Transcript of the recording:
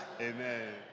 Amen